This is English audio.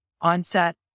onset